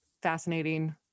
Fascinating